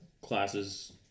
classes